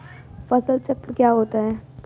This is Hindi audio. फसल चक्र क्या होता है?